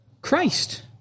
Christ